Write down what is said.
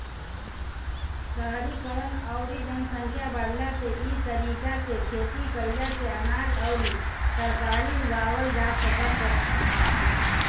शहरीकरण अउरी जनसंख्या बढ़ला से इ तरीका से खेती कईला से अनाज अउरी तरकारी उगावल जा सकत ह